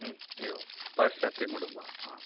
एवं पाश्चात्यकुटुम्बः